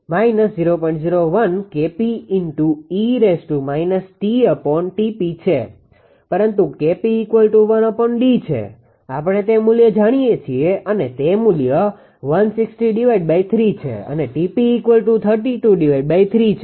પરંતુ 𝐾𝑝1𝐷 છે આપણે તે મુલ્ય જાણીએ છીએ અને તે મુલ્ય 1603 છે અને 𝑇𝑝323 છે